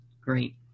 great